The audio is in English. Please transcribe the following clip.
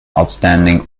outstanding